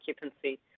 occupancy